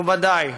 מכובדיי,